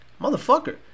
Motherfucker